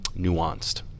nuanced